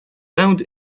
pęd